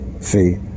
see